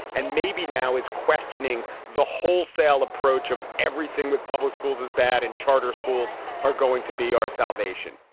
and maybe now is questioning the wholesale approach of everything with public schools is bad and charter schools are going to be our salvation.